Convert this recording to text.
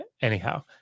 anyhow